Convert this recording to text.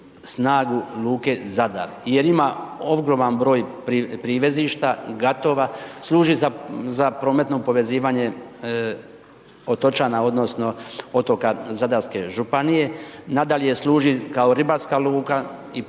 snagu luke Zadar jer ima ogroman broj privezišta, gatova, služi za prometno povezivanje otočana odnosno otoka zadarske županije, nadalje, služi kao ribarska luka i